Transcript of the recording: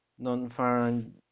non-farm